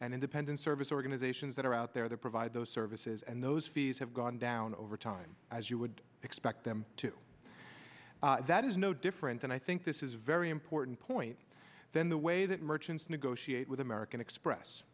and independent service organizations that are out there that provide those services and those fees have gone down over time as you would expect them to that is no different and i think this is very important point then the way that merchants negotiate with american express